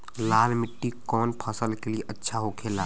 लाल मिट्टी कौन फसल के लिए अच्छा होखे ला?